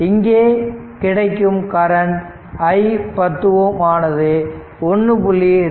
இங்கே கிடைக்கும் current i 10 Ω ஆனது 1